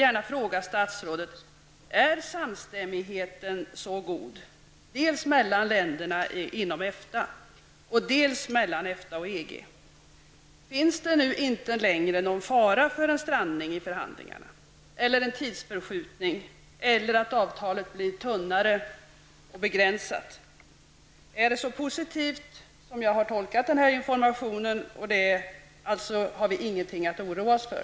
Är samstämmigheten så god dels mellan länderna inom EFTA, dels mellan EFTA och EG? Finns det inte längre någon fara för en strandning i förhandlingarna, tidsförskjutning eller att avtalet blir tunnare och begränsat? Är avtalet så positivt som jag har tolkat informationen? Har vi alltså inget att oroa oss för?